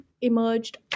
emerged